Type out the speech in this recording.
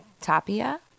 Tapia